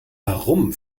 warum